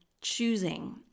choosing